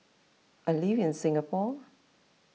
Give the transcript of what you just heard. I live in Singapore